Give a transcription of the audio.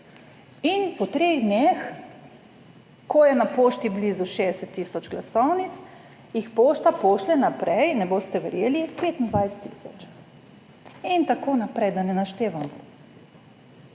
In po treh dneh, ko je na pošti blizu 60 tisoč glasovnic, jih pošta pošlje naprej, ne boste verjeli, 25 tisoč. In tako naprej, da ne naštevam.